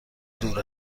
دور